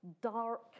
dark